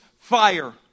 fire